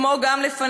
כמו גם לפניה,